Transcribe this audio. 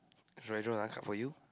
should I should I cut for you